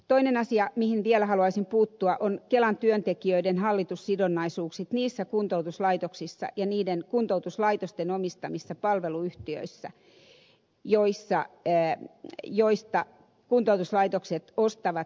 toinen asia mihin vielä haluaisin puuttua on kelan työntekijöiden hallitussidonnaisuudet niissä kuntoutuslaitoksissa ja niiden kuntoutuslaitosten omistamissa palveluyhtiöissä joista kuntoutuslaitokset ostavat esimerkiksi palveluja